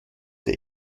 der